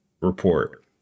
report